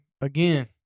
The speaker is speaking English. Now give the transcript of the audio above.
again